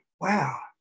wow